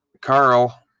Carl